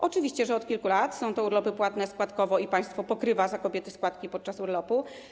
Oczywiście od kilku lat są to urlopy płatne składkowo i państwo pokrywa za kobiety składki podczas urlopu.